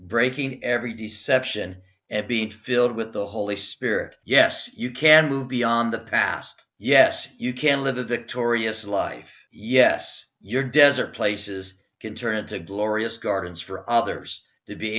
breaking every d section be filled with the holy spirit yes you can move beyond the past yes you can live a victorious life yes your desert places can turn into glorious gardens for others to be